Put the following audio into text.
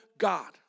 God